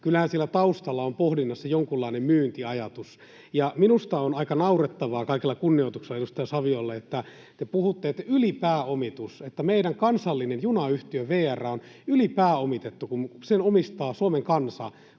Kyllähän siellä taustalla on pohdinnassa jonkunlainen myyntiajatus. Minusta on aika naurettavaa, kaikella kunnioituksella edustaja Saviolle, että te puhutte ylipääomituksesta, että meidän kansallinen junayhtiö VR on ylipääomitettu, kun sen omistaa Suomen kansa